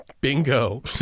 bingo